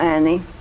Annie